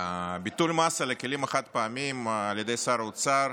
ביטול המס על הכלים החד-פעמיים על ידי שר האוצר,